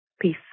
peace